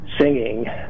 singing